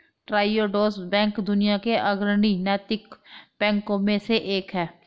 Triodos bank दुनिया के अग्रणी नैतिक बैंकों में से एक है